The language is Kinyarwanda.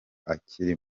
akiri